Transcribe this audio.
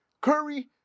Curry